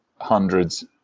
hundreds